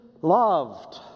loved